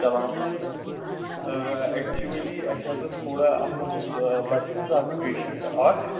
چَلاوَان ٲسۍ ایکچُؤلی اَسہِ حظ ٲس تھوڑا اَتھ منٛز اوس بَسہِ منٛز حظ پیشَنٹ اَکھ